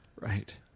right